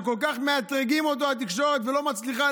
שכל כך מאתרגת אותו התקשורת ולא מצליחה